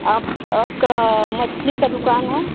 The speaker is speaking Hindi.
आप आपका मछली का दुकान है